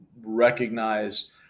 recognize